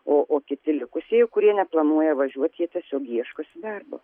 o o kiti likusieji kurie neplanuoja važiuot jie tiesiog ieškosi darbo